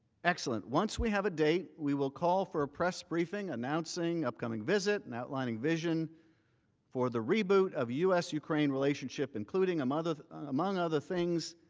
excellent. once we have a date, we will call for press briefing announcing upcoming visit and outlining vision for the reboot of u s. ukraine relationship, including um among other things,